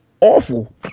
awful